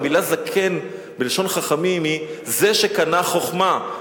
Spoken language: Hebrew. המלה "זקן" בלשון חכמים היא זה שקנה חכמה,